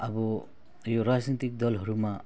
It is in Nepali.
अब यो राजनैतिक दलहरूमा